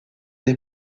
des